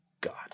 God